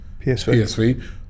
PSV